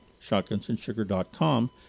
shotgunsandsugar.com